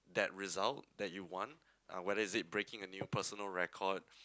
that result that you want uh whether it's breaking a new personal record